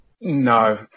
No